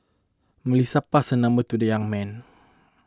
Melissa passed her number to the young man